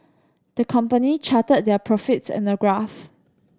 the company charted their profits in a graph